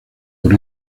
por